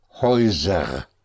Häuser